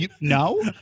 No